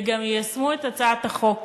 וגם יישמו את הצעת החוק.